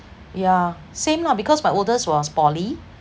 yeah same lah because my oldest was poly